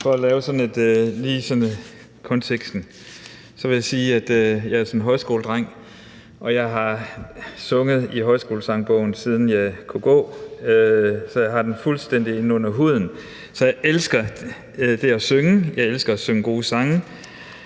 For sådan at blive i konteksten vil jeg sige, at jeg er højskoledreng, og jeg har sunget i Højskolesangbogen, siden jeg kunne gå, så jeg har den fuldstændig inde under huden. Jeg elsker det at synge; jeg elsker at synge gode sange.